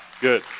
good